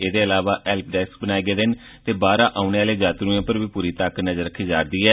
एह्दे अलावा help desk बनाए गे न ते बाहरा औने आहले यात्रुएं पर बी पूरी नजर रक्खी जा'रदी ऐ